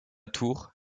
tour